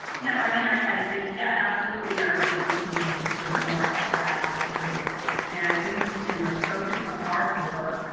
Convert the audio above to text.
no, i mean, i think, yeah, absolutely. ours is looking sort of and more abstractly and cumulatively. and, at least in the focus of our paper,